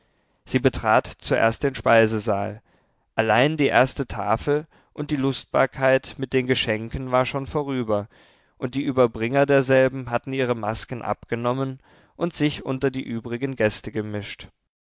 sie betrat zuerst den speisesaal allein die erste tafel und die lustbarkeit mit den geschenken war schon vorüber und die überbringer derselben hatten ihre masken abgenommen und sich unter die übrigen gäste gemischt